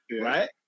right